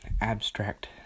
abstract